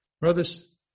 brothers